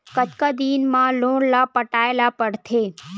कतका दिन मा लोन ला पटाय ला पढ़ते?